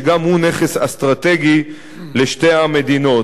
שגם הוא נכס אסטרטגי לשתי המדינות.